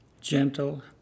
gentle